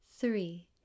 Three